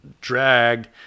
dragged